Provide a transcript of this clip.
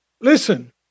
Listen